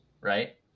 right